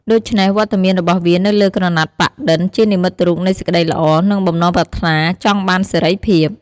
ដូច្នេះ វត្តមានរបស់វានៅលើក្រណាត់ប៉ាក់-ឌិន ជានិមិត្តរូបនៃសេចក្តីល្អ និងបំណងប្រាថ្នាចង់បានសេរីភាព។